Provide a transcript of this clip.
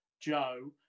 Joe